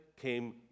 came